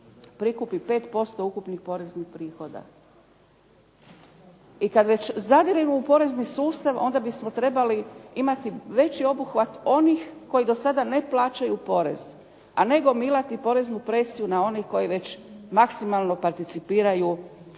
prikupi 5% ukupnih poreznih prihoda. I kad već zadiremo u porezni sustav, onda bismo trebali imati veći obuhvat onih koji do sada ne plaćaju porez, a ne gomilati poreznu presiju na one koji već maksimalno participiraju u punjenju